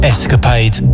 Escapade